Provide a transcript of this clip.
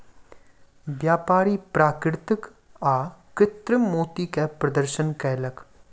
व्यापारी प्राकृतिक आ कृतिम मोती के प्रदर्शन कयलक